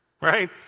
right